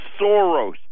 Soros